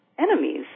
enemies